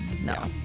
No